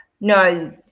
No